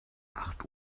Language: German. acht